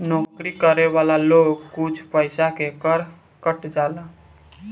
नौकरी करे वाला लोग के कुछ पइसा के कर कट जाला